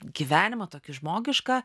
gyvenimą tokį žmogišką